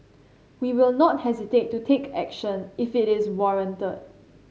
we will not hesitate to take action if it is warranted